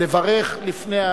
לברך לפני,